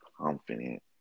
confident